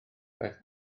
daeth